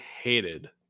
hated